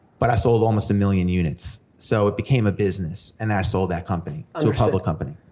but i sold almost a million units. so it became a business, and i sold that company to a public company.